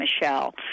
Michelle